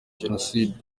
jenoside